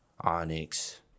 onyx